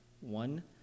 one